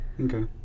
Okay